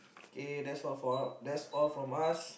K that's all for our that's all from us